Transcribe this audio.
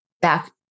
back